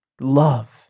love